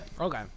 Okay